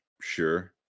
sure